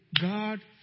God